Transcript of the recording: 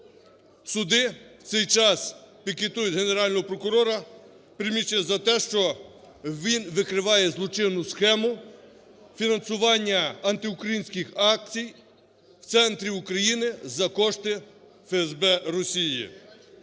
суди, в цей час пікетують Генерального прокурора приміщення за те, що він викриває злочинну схему, фінансування антиукраїнських акцій в центрі України за кошти ФСБ Росії.